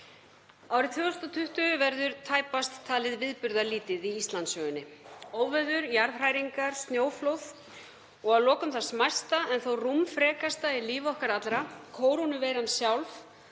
Árið 2020 verður tæpast talið viðburðalítið í Íslandssögunni. Óveður, jarðhræringar, snjóflóð og að lokum það smæsta en þó rúmfrekasta í lífi okkar allra — kórónuveiran sjálf